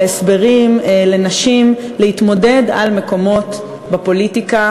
להסברים לנשים להתמודד על מקומות בפוליטיקה